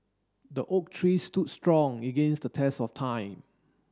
the oak tree stood strong against the test of time